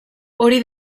hori